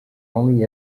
only